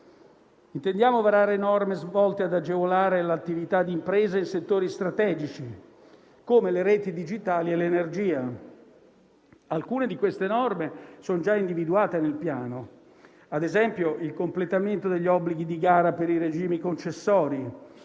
Intendiamo varare norme volte ad agevolare l'attività di imprese in settori strategici, come le reti digitali e l'energia. Alcune di queste norme sono già individuate nel Piano, ad esempio il completamento degli obblighi di gara per i regimi concessori